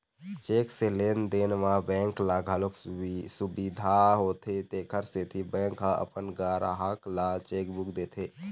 cheque से लेन देन म बेंक ल घलोक सुबिधा होथे तेखर सेती बेंक ह अपन गराहक ल चेकबूक देथे